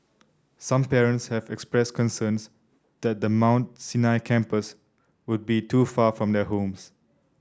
some parents have expressed concerns that the Mount Sinai campus would be too far from their homes